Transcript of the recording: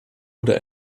oder